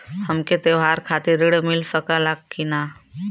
हमके त्योहार खातिर त्रण मिल सकला कि ना?